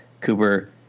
Cooper